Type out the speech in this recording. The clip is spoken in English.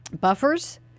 buffers